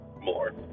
more